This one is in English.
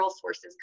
sources